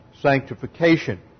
sanctification